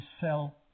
sell